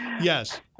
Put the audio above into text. Yes